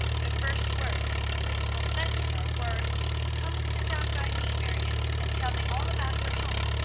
the first words the principal said to her were come and sit down by me, marion, and tell me all about your home!